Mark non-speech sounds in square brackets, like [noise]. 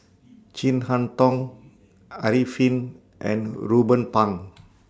Chin Harn Tong Arifin and Ruben Pang [noise]